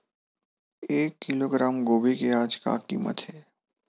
एक किलोग्राम गोभी के आज का कीमत हे?